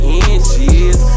inches